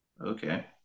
Okay